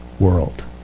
world